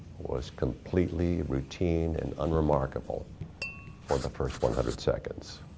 was completely routine and unremarkable for the first one hundred seconds.